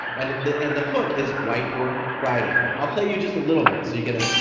and the and the hook is whiteboard friday. i'll play you just a little bit so you get a